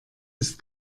ist